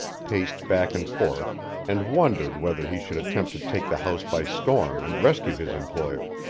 paced back and forth and wondered whether he should attempt to take the house by storm and rescue his employer.